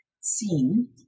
seen